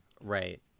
Right